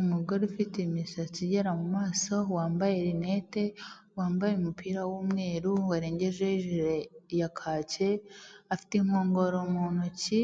Umugore ufite imisatsi igera mu maso wambaye rinete, wambaye umupira w'umweru warengejeho ijire ya kake, afite inkongoro mu ntoki